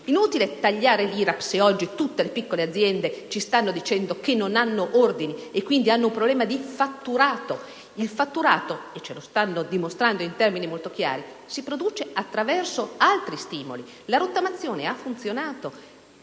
inutile tagliare l'IRAP se oggi tutte le piccole aziende ci stanno dicendo che non hanno ordini e, quindi, hanno un problema di fatturato. Il fatturato - come ci stanno dimostrando in termini molto chiari - si produce attraverso altri stimoli. La rottamazione ha funzionato